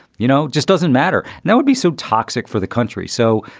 you know, just doesn't matter. now would be so toxic for the country. so,